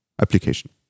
application